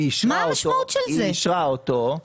היא אישרה אותו.